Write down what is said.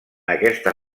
aquesta